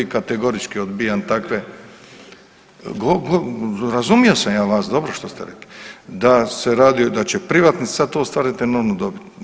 Kategorički odbijam takve, razumio sam ja vas dobro što ste rekli, da se radi, da će privatnici sad tu ostvarit enormnu dobit.